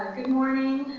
morning.